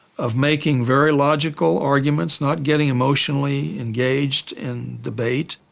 of making very logical arguments, not getting emotionally engaged in debate,